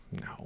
no